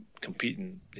competing